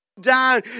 down